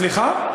סליחה?